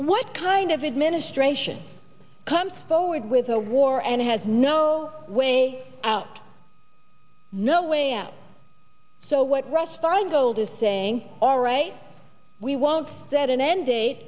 what kind of administration comes forward with a war and has no way out no way out so what russ feingold is saying all right we won't set an end date